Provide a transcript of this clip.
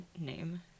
name